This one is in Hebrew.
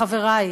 חברי,